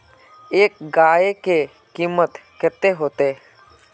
एक गाय के कीमत कते होते?